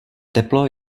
teplo